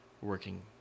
working